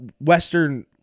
Western